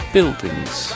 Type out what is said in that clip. Buildings